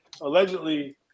allegedly